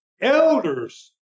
elders